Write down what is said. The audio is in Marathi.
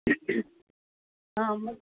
हां मग